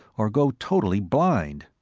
or go totally blind!